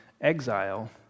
exile